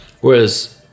Whereas